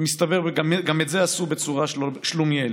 ומסתבר, גם את זה עשו בצורה שלומיאלית.